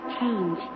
change